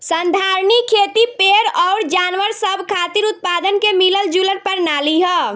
संधारनीय खेती पेड़ अउर जानवर सब खातिर उत्पादन के मिलल जुलल प्रणाली ह